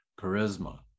charisma